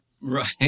Right